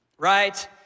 Right